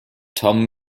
tom